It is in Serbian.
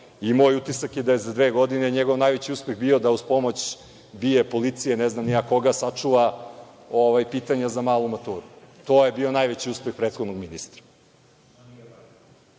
i moj utisak je da je za dve godine njegov najveći uspeh bio da uz pomoć BIA, policije, ne znam ni ja koga, sačuva pitanja za malu maturu. To je bio najveći uspeh prethodnog ministra. Ono